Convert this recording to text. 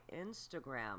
Instagram